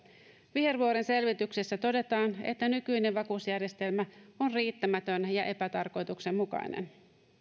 vihervuoren selvityksessä todetaan että nykyinen vakuusjärjestelmä on riittämätön ja epätarkoituksenmukainen